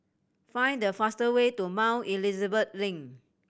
find the fastest way to Mount Elizabeth Link